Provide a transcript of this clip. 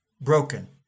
broken